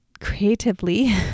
creatively